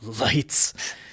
lights